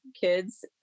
kids